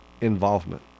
involvement